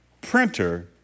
printer